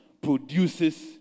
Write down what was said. produces